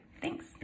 thanks